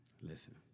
listen